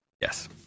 Yes